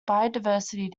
biodiversity